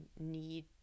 need